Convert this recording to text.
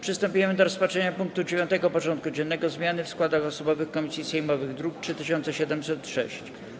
Przystępujemy do rozpatrzenia punktu 9. porządku dziennego: Zmiany w składach osobowych komisji sejmowych (druk nr 3706)